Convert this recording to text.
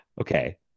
Okay